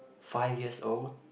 five years old